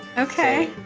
okay.